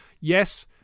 Yes